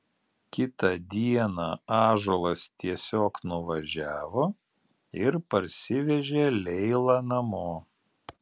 kitą dieną ąžuolas tiesiog nuvažiavo ir parsivežė leilą namo